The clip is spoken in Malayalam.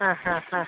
ആ ആ ആ